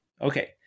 Okay